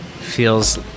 feels